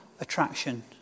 attraction